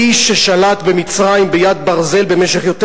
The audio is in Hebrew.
האיש ששלט במצרים ביד ברזל במשך יותר